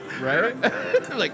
Right